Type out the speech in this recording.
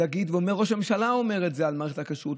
ראש הממשלה אומר את זה על מערכת הכשרות,